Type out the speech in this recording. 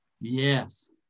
Yes